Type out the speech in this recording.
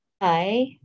Hi